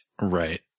Right